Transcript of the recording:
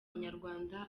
banyarwanda